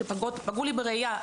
פגעו לי בראייה.